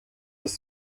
ist